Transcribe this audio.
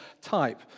type